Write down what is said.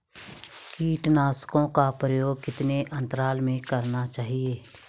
कीटनाशकों का प्रयोग कितने अंतराल में करना चाहिए?